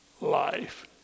life